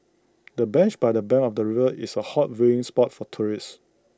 the bench by the bank of the river is A hot viewing spot for tourists